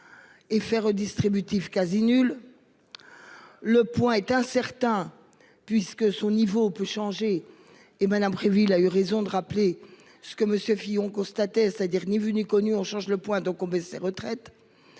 Effet redistributif quasi nul. Le point est incertain puisque son niveau peut changer et Madame prévu il a eu raison de rappeler ce que Monsieur Fillon. Dire ni vu ni connu, on change le point donc on baisse retraites.